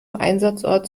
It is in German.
einsatzort